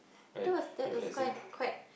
that was that was quite quite